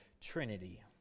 Trinity